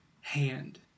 hand